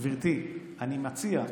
גברתי, אני מציע,